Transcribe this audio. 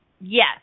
Yes